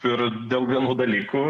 ir dėl vienų dalykų